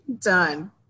done